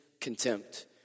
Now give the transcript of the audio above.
contempt